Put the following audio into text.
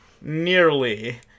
nearly